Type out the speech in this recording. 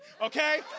okay